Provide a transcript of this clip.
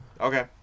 Okay